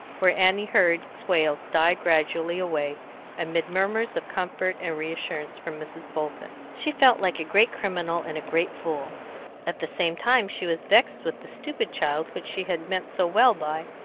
where annie heard its wails die gradually away amid murmurs of comfort and reassurance from mrs. bolton. she felt like a great criminal and a great fool at the same time she was vexed with the stupid child which she had meant so well by,